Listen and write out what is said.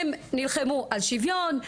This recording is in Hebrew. הם נלחמו על שוויון,